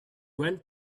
went